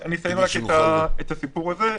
כן, אסיים רק את הסיפור הזה.